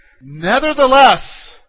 Nevertheless